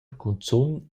cunzun